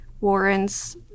Warren's